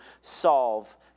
solve